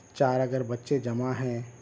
چار اگر بچے جمع ہیں